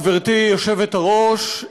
גברתי היושבת-ראש,